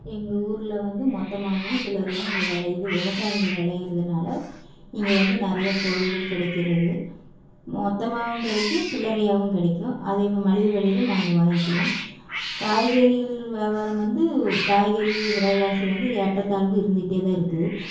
எங்கள் ஊரில் வந்து மொத்தமாகவும் சில்லரையாகவும் இங்கே விளையுது விவசாயங்கள் விளையிறதுனால இங்கே வந்து நிறையா பொருட்கள் கிடைக்கிறது மொத்தமாகவும் கிடைக்கும் சில்லரையாகவும் கிடைக்கும் அதே மலிவு விலையில நாங்கள் வாங்கிக்குவோம் காய்கறிகள் வியாபாரம் வந்து காய்கறி விலைவாசி வந்து ஏற்றத்தாழ்வு இருந்துக்கிட்டே தான் இருக்குது